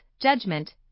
judgment